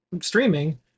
streaming